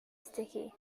sticky